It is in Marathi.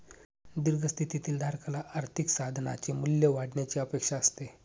दीर्घ स्थितीतील धारकाला आर्थिक साधनाचे मूल्य वाढण्याची अपेक्षा असते